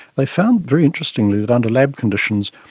they found very interestingly that under lab conditions,